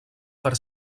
per